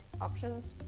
options